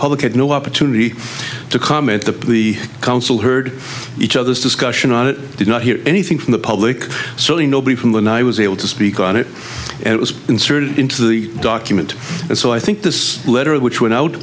public had no opportunity to comment the the council heard each other's discussion on it did not hear anything from the public so they nobody from when i was able to speak on it and it was inserted into the document and so i think this letter which went out